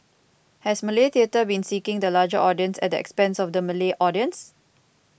has Malay theatre been seeking the larger audience at the expense of the Malay audience